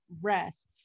rest